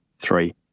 three